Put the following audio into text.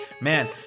Man